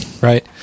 right